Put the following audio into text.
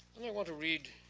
and i want to read